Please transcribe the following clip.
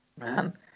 Man